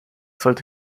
sollte